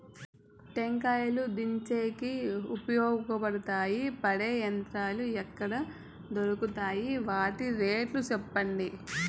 టెంకాయలు దించేకి ఉపయోగపడతాయి పడే యంత్రాలు ఎక్కడ దొరుకుతాయి? వాటి రేట్లు చెప్పండి?